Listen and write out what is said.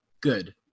good